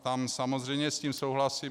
Tam samozřejmě s tím souhlasím.